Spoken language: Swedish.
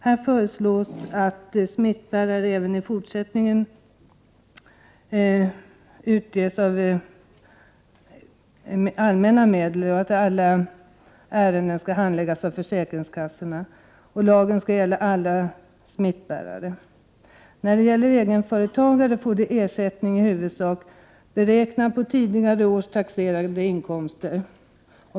Här föreslås att smittbärarersättning även i fortsättningen skall utges av allmänna medel och att alla ärenden skall handläggas av försäkringskassorna. Lagen skall gälla alla smittbärare. Egenföretagare får en ersättning, som i huvudsak är beräknad på tidigare års taxerade inkomster.